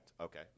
Okay